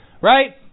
right